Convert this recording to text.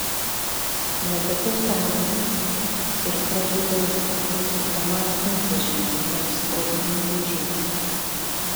netekau sąmonės ir prabudau tik rusų kamaz sunkvežimyje tarp sprogmenų dėžių